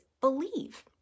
believe